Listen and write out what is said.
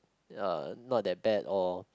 uh not that bad or